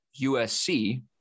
USC